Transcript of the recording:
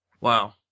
Wow